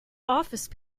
office